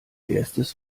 erstes